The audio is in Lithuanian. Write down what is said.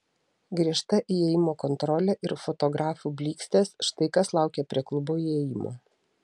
griežta įėjimo kontrolė ir fotografų blykstės štai kas laukė prie klubo įėjimo